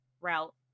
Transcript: route